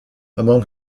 among